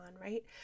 right